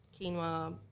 quinoa